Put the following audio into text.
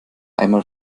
einmal